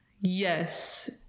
Yes